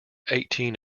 eighteen